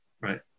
right